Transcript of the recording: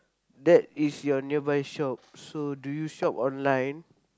that is your nearby shop so do you shop online